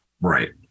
Right